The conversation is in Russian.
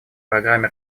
программе